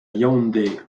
yaoundé